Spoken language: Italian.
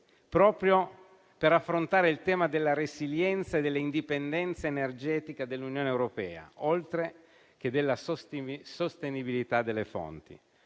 proprio per affrontare il tema della resilienza e dell'indipendenza energetica dell'Unione europea, oltre che della sostenibilità delle fonti.